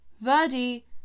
Verdi